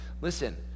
listen